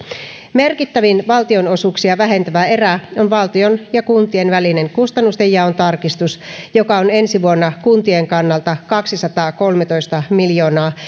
merkittävin valtionosuuksia vähentävä erä on valtion ja kuntien välisen kustannustenjaon tarkistus joka on ensi vuonna kuntien kannalta kaksisataakolmetoista miljoonaa